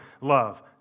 love